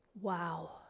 Wow